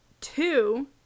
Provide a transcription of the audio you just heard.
Two